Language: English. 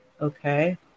okay